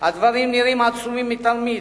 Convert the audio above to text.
הדברים נראים עצומים מתמיד.